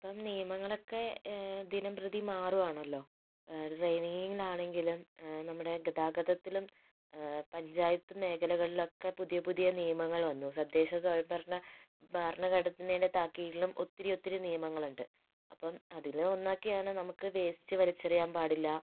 ഇപ്പം നിയമങ്ങളൊക്കെ ദിനം പ്രതി മാറുക ആണല്ലോ ട്രെയിനിനാണെങ്കിലും നമ്മുടെ ഗതാഗതത്തിലും പഞ്ചായത്ത് മേഖലകളിലൊക്കെ പുതിയ പുതിയ നിയമങ്ങൾ വന്നു സദ്ദേശ സ്വയംഭരണ ഭരണഘടനയുടെ താക്കീഴിലും ഒത്തിരി ഒത്തിരി നിയമങ്ങൾ ഉണ്ട് അപ്പം അതിനെ ഒന്നാക്കിയാണ് നമുക്ക് വേസ്റ്റ് വലിച്ചെറിയാൻ പാടില്ല